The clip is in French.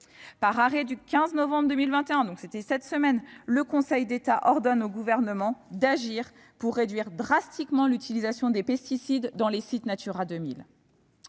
Par arrêt du 15 novembre 2021- c'était cette semaine -, le Conseil d'État ordonne au Gouvernement d'agir pour réduire de façon draconienne l'utilisation des pesticides dans les sites Natura 2000.